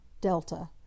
Delta